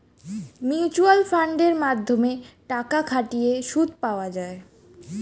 mutual ফান্ডের মাধ্যমে টাকা খাটিয়ে সুদ পাওয়া যায়